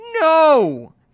No